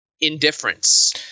Indifference